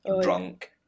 drunk